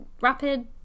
rapid